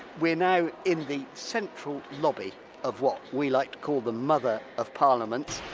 we're now in the central lobby of what we like to call the mother of parliaments.